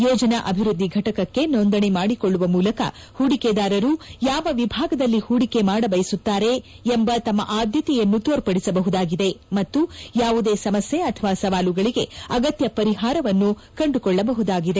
ಯೋಜನಾ ಅಭಿವೃದ್ಧಿ ಘಟಕಕ್ಕೆ ನೋಂದಣಿ ಮಾಡಿಕೊಳ್ಳುವ ಮೂಲಕ ಹೂಡಿಕೆದಾರರು ಯಾವ ವಿಭಾಗದಲ್ಲಿ ಹೂಡಿಕೆ ಮಾಡಬಯಸುತ್ತಾರೆ ಎಂಬ ತಮ್ಮ ಆದ್ಯತೆಯನ್ನು ತೋರ್ಪಡಿಸಬಹುದಾಗಿದೆ ಮತ್ತು ಯಾವುದೇ ಸಮಸ್ತೆ ಅಥವಾ ಸವಾಲುಗಳಗೆ ಅಗತ್ತ ಪರಿಹಾರವನ್ನು ಕಂಡುಕೊಳ್ಳಬಹುದಾಗಿದೆ